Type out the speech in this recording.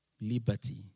liberty